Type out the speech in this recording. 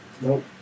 Nope